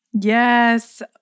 Yes